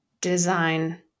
design